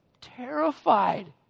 terrified